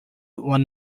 one